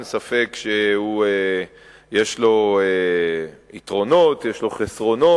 אין ספק שיש לו יתרונות, יש לו חסרונות,